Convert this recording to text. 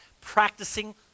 practicing